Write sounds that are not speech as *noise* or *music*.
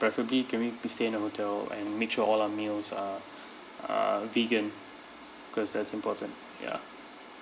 preferably can we be staying in a hotel and make sure all our meals are *breath* are vegan cause that's important ya